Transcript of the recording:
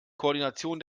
koordination